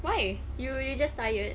why you you just tired